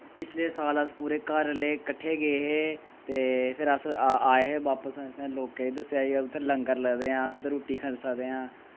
पिछले साल अस पूरे घर आह्ले कट्ठे गे हे ते फिर अस आए हे बापस असें लोकें दे दस्सेआ हा उत्थें लंगर लगदे ऐ अस उत्थें रुट्टी खाई सकदे ऐ